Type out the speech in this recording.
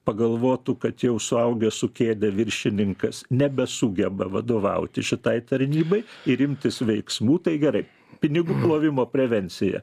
pagalvotų kad jau suaugę su kėde viršininkas nebesugeba vadovauti šitai tarnybai ir imtis veiksmų tai gerai pinigų plovimo prevencija